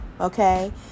Okay